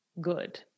good